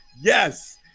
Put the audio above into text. Yes